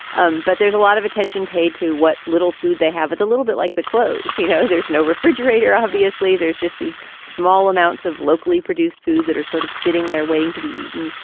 um but there's a lot of attention paid to what little food they have. it's a little bit like the clothes. you know, there's no refrigerator, obviously. there's just these small amounts of locally produced food that are sort of sitting there waiting to be eaten.